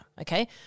okay